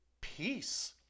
peace